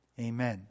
amen